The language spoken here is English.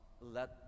Let